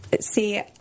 See